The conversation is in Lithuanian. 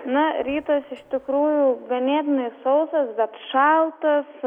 na rytas iš tikrųjų ganėtinai sausas bet šaltas